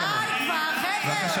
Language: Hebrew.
די כבר, חבר'ה,